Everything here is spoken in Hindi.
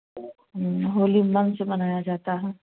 होली मन से मनाया जाता है